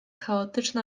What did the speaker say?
chaotyczna